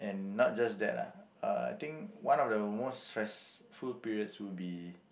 and not just that lah uh I think one of the most stressful periods would be